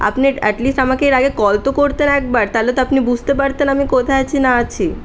আপনি অ্যাটলিস্ট আমাকে এর আগে কল তো করতেন একবার তাহলে তো আপনি বুঝতে পারতেন আমি কোথায় আছি না আছি